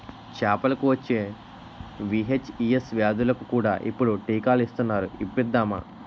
చేపలకు వచ్చే వీ.హెచ్.ఈ.ఎస్ వ్యాధులకు కూడా ఇప్పుడు టీకాలు ఇస్తునారు ఇప్పిద్దామా